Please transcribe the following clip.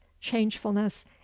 changefulness